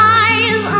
eyes